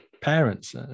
parents